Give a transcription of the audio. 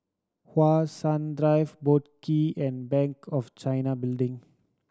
How Sun Drive Boat Quay and Bank of China Building